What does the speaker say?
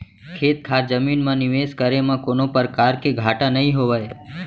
खेत खार जमीन म निवेस करे म कोनों परकार के घाटा नइ होवय